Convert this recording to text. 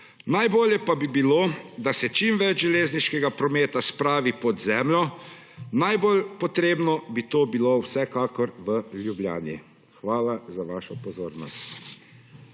Najbolje pa bi bilo, da se čim več železniškega prometa spravi pod zemljo, najbolj potrebno bi to bilo vsekakor v Ljubljani. Hvala za vašo pozornost.